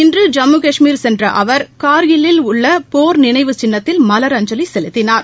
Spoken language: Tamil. இன்று ஜம்மு கஷ்மீர் சென்றஅவர் கார்கில்லில் உள்ளபோர் நினைவு சின்னத்தில் மலரஞ்சலிசெலுத்தினார்